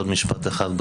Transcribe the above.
עוד משפט אחד,